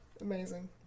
Amazing